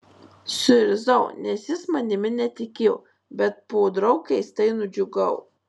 suirzau nes jis manimi netikėjo bet podraug keistai nudžiugau